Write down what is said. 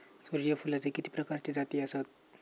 सूर्यफूलाचे किती प्रकारचे जाती आसत?